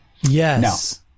Yes